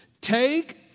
take